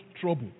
trouble